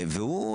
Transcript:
והוא,